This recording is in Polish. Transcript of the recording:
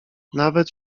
nawet